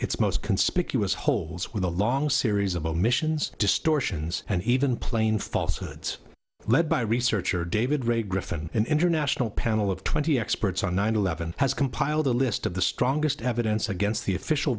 its most conspicuous holes with a long series of omissions distortions and even plain false hoods led by researcher david ray griffin an international panel of twenty experts on nine eleven has compiled a list of the strongest evidence against the official